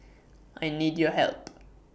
I need your help